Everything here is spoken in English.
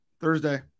Thursday